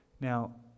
Now